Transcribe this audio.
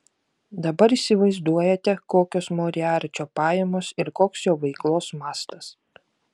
dabar įsivaizduojate kokios moriarčio pajamos ir koks jo veiklos mastas